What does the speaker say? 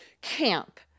camp